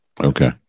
okay